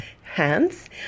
hands